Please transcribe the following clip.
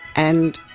and,